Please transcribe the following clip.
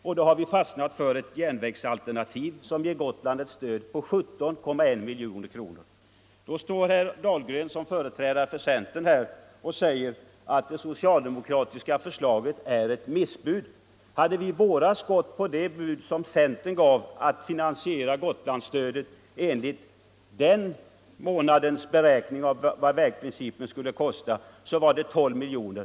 Vi har då fastnat för ett järnvägsalternativ, vilket ger Gotland ett stöd på 17,1 miljoner kronor. Då säger herr Dahlgren, som företrädare för centern, att det socialdemokratiska förslaget är ett ”missbud”. Om vi i våras hade fattat beslut om ett Gotlandsstöd enligt vägprincipen skulle finansieringen ha kostat 12 miljoner.